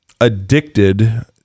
addicted